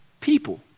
people